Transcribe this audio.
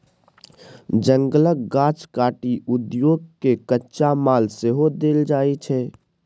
जंगलक गाछ काटि उद्योग केँ कच्चा माल सेहो देल जाइ छै